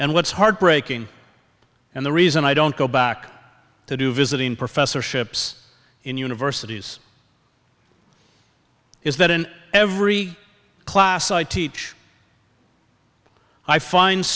and what's heartbreaking and the reason i don't go back to do visiting professor ships in universities is that in every class i teach i fin